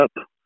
up